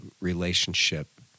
relationship